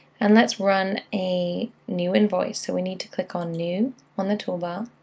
and let's run a new invoice. so we need to click on new on the toolbar.